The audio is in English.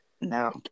No